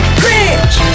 cringe